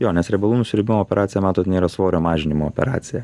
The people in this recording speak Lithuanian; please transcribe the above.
jo nes riebalų nusiurbimo operacija matot nėra svorio mažinimo operacija